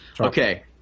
Okay